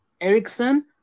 Ericsson